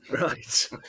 right